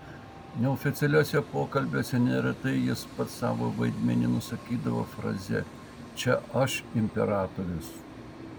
neoficialiuose pokalbiuose neretai jis pats savo vaidmenį nusakydavo fraze čia aš imperatorius